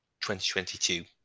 2022